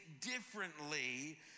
differently